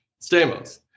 Stamos